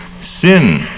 Sin